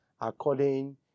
according